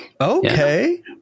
okay